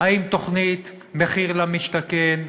האם תוכנית מחיר למשתכן,